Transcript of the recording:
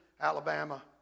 Alabama